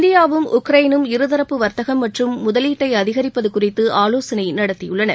இந்தியாவும் உக்ரரனும் இருதரப்பு வர்த்தகம் மற்றும் முதலீட்டை அதிகரிப்பது குறித்து ஆலோசனை நடத்தியுள்ளன